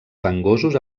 fangosos